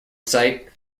site